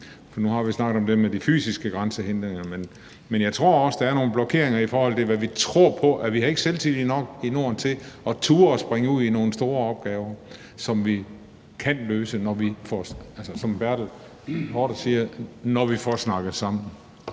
For nu har vi jo snakket om det med de fysiske grænsehindringer, men jeg tror også, der er nogle blokeringer, i forhold til hvad vi tror på. Vi har ikke selvtillid nok i Norden til at turde springe ud i nogle store opgaver, som vi kan løse, når vi, som Bertel